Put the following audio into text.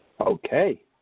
Okay